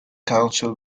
council